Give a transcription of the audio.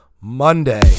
monday